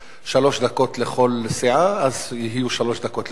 שלוש דקות לכל סיעה, אז יהיו שלוש דקות לכל סיעה.